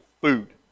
food